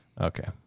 Okay